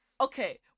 okay